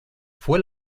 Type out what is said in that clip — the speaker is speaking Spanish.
fue